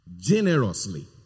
generously